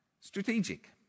strategic